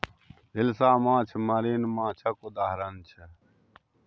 हिलसा माछ मरीन माछक उदाहरण छै